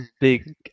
big